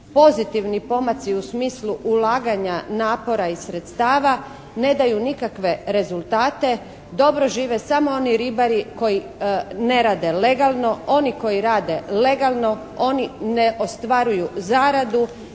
pozitivni pomaci u smislu ulaganja napora i sredstava ne daju nikakve rezultate, dobro žive samo oni ribari koji ne rade legalno. Oni koji rade legalno oni ne ostvaruju zaradu,